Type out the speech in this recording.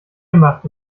gemacht